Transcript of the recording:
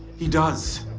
he does.